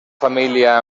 família